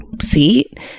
seat